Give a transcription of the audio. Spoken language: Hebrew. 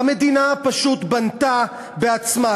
המדינה פשוט בנתה בעצמה.